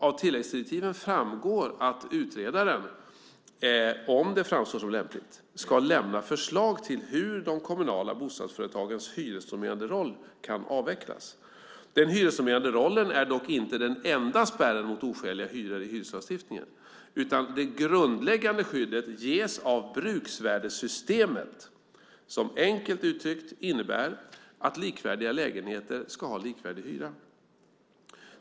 Av till-läggsdirektiven framgår att utredaren, om det framstår som lämpligt, ska lämna förslag till hur de kommunala bostadsföretagens hyresnormerande roll kan avvecklas. Den hyresnormerande rollen är dock inte den enda spärren mot oskäliga hyror i hyreslagstiftningen, utan det grundläggande skyddet ges av bruksvärdessystemet som, enkelt uttryckt, innebär att likvärdiga lägenheter ska ha likvärdig hyra.